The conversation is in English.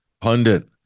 pundit